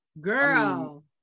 girl